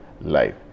life